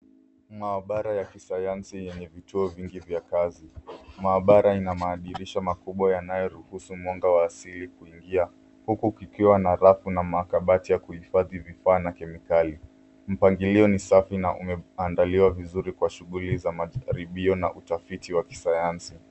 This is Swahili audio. Maabara ya kisayansi yenye vituo vingi vya kazi. Maabara ina madirisha makubwa yanayoruhusu mwanga wa asili kuingia huku kukiwa na rafu na makabati ya kuhifadhi vifaa na kemikali. Mpangilio ni safi na umeandaliwa kwa vizuri kwa shughuli za majaribio na utafiti wa kisayansi.